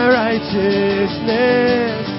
righteousness